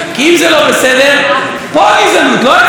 כי אם זה לא בסדר, פה הגזענות, לא אצלי.